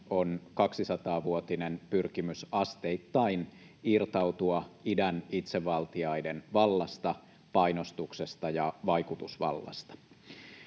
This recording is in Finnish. on 200-vuotinen pyrkimys asteittain irtautua idän itsevaltiaiden vallasta, painostuksesta ja vaikutusvallasta.